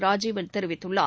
ராஜீவன் தெரிவித்துள்ளார்